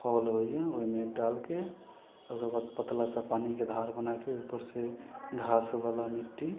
हौल होइए ओइमे डालके ओकरा बाद पतला सा पानिके बनाके उपरसँ घासवला मिट्टी